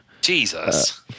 Jesus